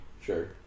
Sure